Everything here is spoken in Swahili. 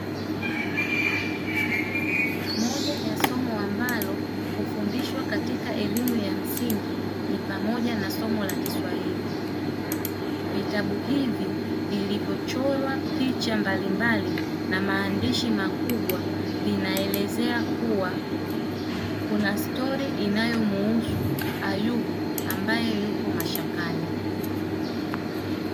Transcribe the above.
Moja ya somo ambalo hufundishwa elimu ya msingi ni pamoja na somo la kiswahili. Vitabu hivi vilivyochorwa picha mbalimbali na maandishi makubwa vinaelezea kua kuna stori inayo muhusu Ayubu ambae yupo mashakani.